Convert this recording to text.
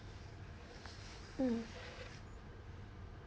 mm